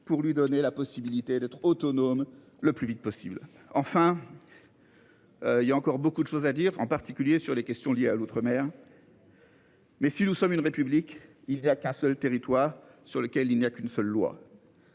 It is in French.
Pour lui donner la possibilité d'être autonome le plus vite possible. Enfin.-- Il y a encore beaucoup de choses à dire en particulier sur les questions liées à l'outre-mer.-- Mais si nous sommes une république. Il n'y a qu'un seul territoire sur lequel il n'y a qu'une seule loi.--